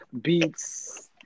beats